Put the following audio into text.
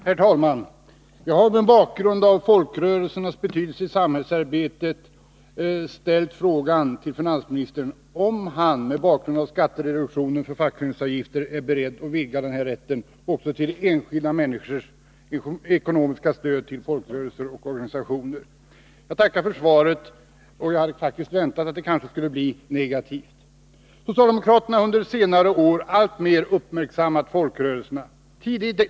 Herr talman! Jag har mot bakgrund av folkrörelsernas betydelse i samhällsarbetet ställt en fråga till finansministern om han är beredd att vidga den rätt som skattereduktionen för fackföreningsavgifter innebär till att omfatta enskilda människors ekonomiska stöd till folkrörelser och organisationer. Jag tackar för svaret. Jag hade faktiskt väntat att det skulle bli negativt. Socialdemokraterna har under senare år alltmer uppmärksammat folkrörelserna.